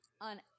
on